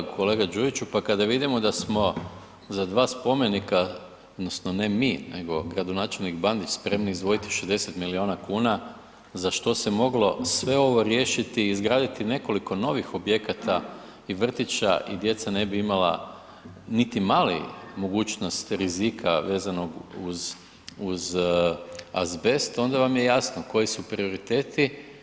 Pa kolega Đujiću pa kada vidimo da smo za dva spomenika odnosno ne mi nego gradonačelnik Bandić spremni izdvojiti 60 milijuna kuna za što se moglo sve ovo riješiti i izgraditi nekoliko novih objekata i vrtića i djeca ne bi imala niti mali mogućnost rizika vezano uz azbest onda vam je jasno koji su prioriteti.